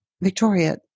Victoria